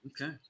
Okay